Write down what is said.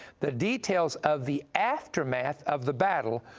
the details of the aftermath of the battle,